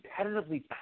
competitively